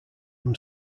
whom